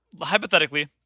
Hypothetically